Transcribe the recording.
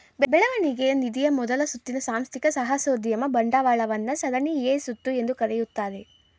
ಬೆಳವಣಿಗೆ ನಿಧಿಯ ಮೊದಲ ಸುತ್ತಿನ ಸಾಂಸ್ಥಿಕ ಸಾಹಸೋದ್ಯಮ ಬಂಡವಾಳವನ್ನ ಸರಣಿ ಎ ಸುತ್ತು ಎಂದು ಕರೆಯುತ್ತಾರೆ